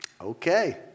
Okay